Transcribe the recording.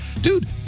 dude